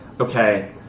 okay